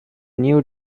new